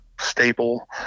staple